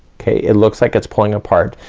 okay it looks like it's pulling apart,